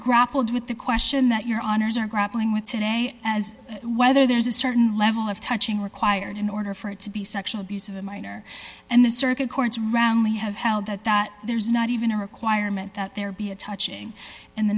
grappled with the question that your honour's are grappling with today as whether there's a certain level of touching required in order for it to be sexual abuse of a minor and the circuit courts roundly have held that that there is not even a requirement that there be a touching in the